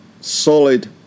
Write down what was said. solid